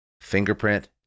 fingerprint